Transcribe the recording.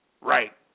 right